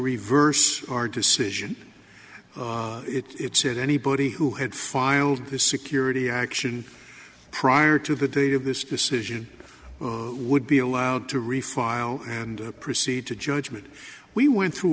reverse our decision it said anybody who had filed the security action prior to the date of this decision would be allowed to refile and proceed to judgment we went through